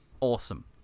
Awesome